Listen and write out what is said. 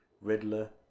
Riddler